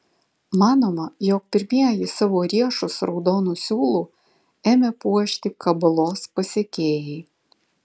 manoma jog pirmieji savo riešus raudonu siūlu ėmė puošti kabalos pasekėjai